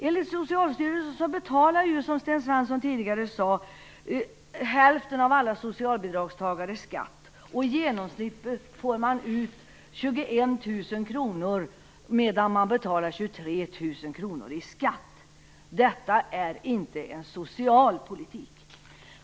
Enligt Socialstyrelsen betalar - som Sten Svensson tidigare sade - cirka hälften av alla socialbidragstagare skatt, och i genomsnitt betalar de 23 000 kr i skatt medan de får 21 000 kr i socialbidrag. Detta är inte en social politik!